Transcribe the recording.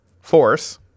force